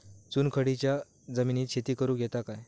चुनखडीयेच्या जमिनीत शेती करुक येता काय?